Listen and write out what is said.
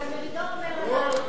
ודן מרידור אומר עליו,